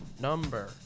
Number